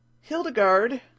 Hildegard